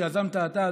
שיזמת אתה,